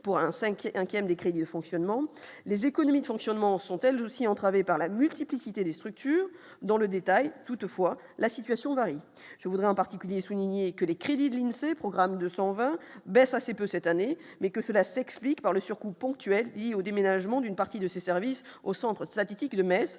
pour un 5ème 5ème des crédits de fonctionnement, les économies de fonctionnement sont elles aussi entravé par la multiplicité des structures dans le détail toutefois la situation varie je voudrais en particulier souligné que les crédits de l'INSEE, programme de 120 baisse assez peu cette année mais que cela s'explique par le surcoût ponctuels liés au déménagement d'une partie de ses services au centre statistique de Metz